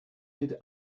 did